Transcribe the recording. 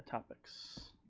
topics.